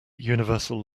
universal